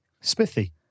Smithy